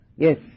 Yes